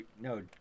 no